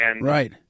Right